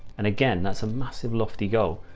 and again, that's a massive lofty goal,